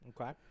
Okay